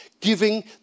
giving